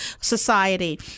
society